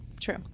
true